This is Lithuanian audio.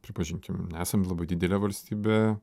pripažinkim nesam labai didelė valstybė